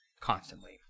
constantly